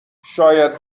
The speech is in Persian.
شاید